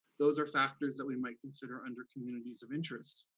those are factors that we might consider under communities of interest.